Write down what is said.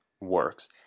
works